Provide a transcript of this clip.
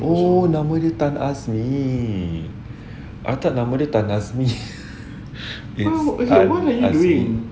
oh nama dia tan azmi I thought nama dia tan azmi it's